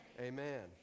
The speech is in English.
amen